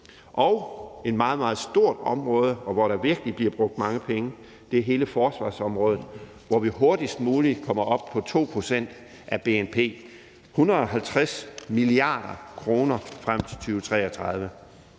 Og et meget, meget stort område, hvor der virkelig bliver brugt mange penge, er hele forsvarsområdet, hvor vi hurtigst muligt kommer op på 2 pct. af bnp – 150 mia. kr. frem til 2033.